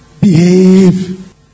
behave